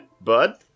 bud